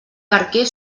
barquer